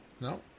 No